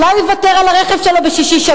אולי הוא יוותר על הרכב שלו בשישי-שבת,